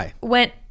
went